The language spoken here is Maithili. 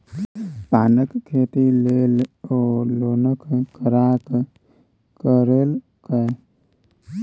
पानक खेती लेल ओ लोनक करार करेलकै